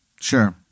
Sure